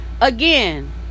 again